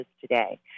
today